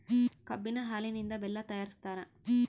ಕಬ್ಬಿನ ಹಾಲಿನಿಂದ ಬೆಲ್ಲ ತಯಾರಿಸ್ತಾರ